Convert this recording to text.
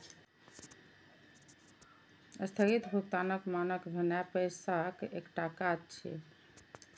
स्थगित भुगतानक मानक भेनाय पैसाक एकटा काज छियै